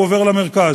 הוא עובר למרכז,